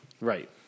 Right